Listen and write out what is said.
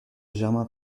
germain